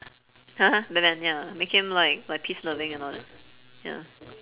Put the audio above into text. !huh! batman ya make him like like peace loving and all that ya